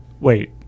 wait